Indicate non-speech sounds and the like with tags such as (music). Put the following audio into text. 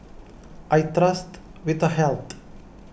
I trust Vitahealth (noise)